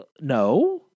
no